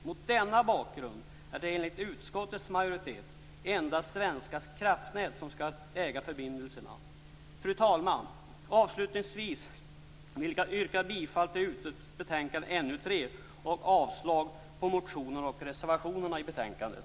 Mot denna bakgrund är det enligt utskottets majoritet endast Svenska kraftnät som skall äga förbindelserna. Fru talman! Avslutningsvis vill jag yrka bifall till hemställan i utskottets betänkande NU3 och avslag på motionerna och reservationerna i betänkandet.